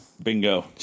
Bingo